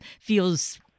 feels